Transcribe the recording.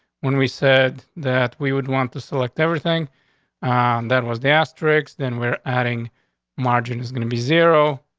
when we said that we would want to select everything on that was the asterix. then we're adding margin is gonna be zero.